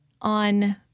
on